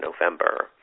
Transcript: November